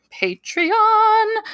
Patreon